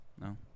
No